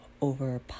over